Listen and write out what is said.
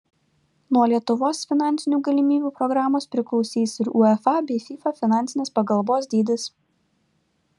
nuo lietuvos finansinių galimybių programos priklausys ir uefa bei fifa finansinės pagalbos dydis